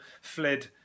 fled